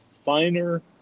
finer